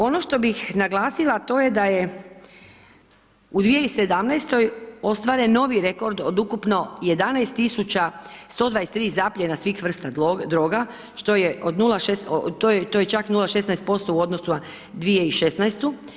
Ono što bi naglasila a to je da je u 2017. ostvaren novi rekord od ukupno 11 tisuća 123 zapiljena svih vrsta droga, što je od, to je čak 0,16% u odnosu na 2016.